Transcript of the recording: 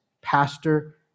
pastor